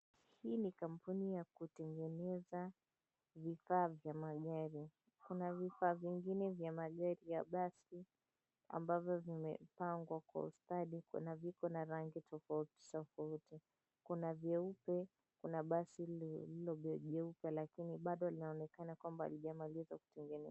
Hii ni kampuni ya kutengeneza vifaa vya magari. Kuna vifaa vingine vya magari ya basi ambavyo vimepangwa kwa ustadi. Kuna viko na rangi tofauti tofauti. Kuna vyeupe, kuna basi lililo jeupe lakini bado linaonekana kwamba halijamalizwa kutengenezwa.